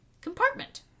Compartment